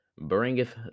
bringeth